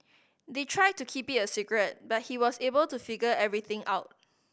they tried to keep it secret but he was able to figure everything out